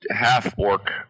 half-orc